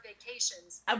vacations